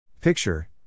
Picture